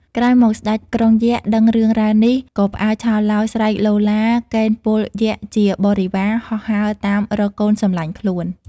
ក្រោយមក ស្ដេចក្រុងយក្ខ ដឹងរឿងរ៉ាវនេះ ក៏ផ្អើលឆោឡោ ស្រែកឡូឡា កេណ្ឌពលយក្ខជាបរិវារ ហោះហើរតាមរកកូនសំឡាញ់ខ្លួន។